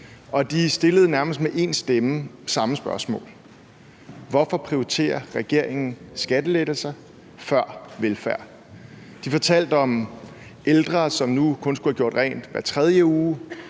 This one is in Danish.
De stillede nærmest med én stemme samme spørgsmål: Hvorfor prioriterer regeringen skattelettelser over velfærd? De fortalte om ældre, som nu kun skal have gjort rent hver tredje uge,